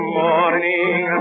morning